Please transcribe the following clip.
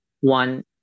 one